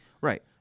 Right